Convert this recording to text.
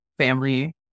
family